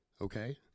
okay